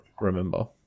remember